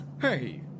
Hey